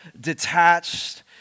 detached